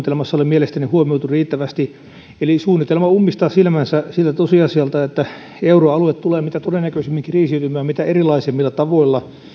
suunnitelmassa ole mielestäni huomioitu riittävästi eli suunnitelma ummistaa silmänsä siltä tosiasialta että euroalue tulee mitä todennäköisimmin kriisiytymään mitä erilaisimmilla tavoilla